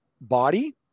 body